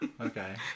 Okay